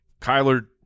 Kyler